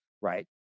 right